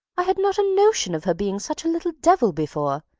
i had not a notion of her being such a little devil before,